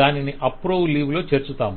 దానిని approve leave లో చేర్చాతాము